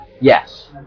Yes